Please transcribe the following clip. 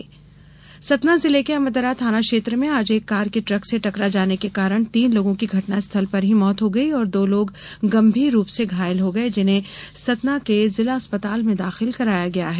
दुर्घटना मौत सतना जिले के अमदरा थाना क्षेत्र में आज एक कार के ट्रक से टकरा जाने के कारण तीन लोगों की घटनास्थल पर ही मौत हो गई और दो लोग गंभीर रूप से घायल हो गये जिन्हें सतना के जिला अस्पताल में दाखिल कराया गया है